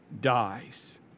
dies